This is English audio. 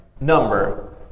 number